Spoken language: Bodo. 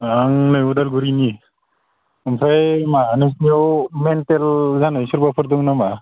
आं नै अदालगुरिनि ओमफ्राय मा नोंसोरनियाव मेन्टेल जानाय सोरबाफोर दङ नामा